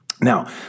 Now